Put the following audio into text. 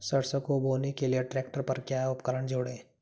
सरसों को बोने के लिये ट्रैक्टर पर क्या उपकरण जोड़ें?